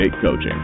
Coaching